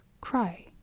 Cry